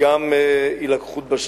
וגם הילקחות בשבי.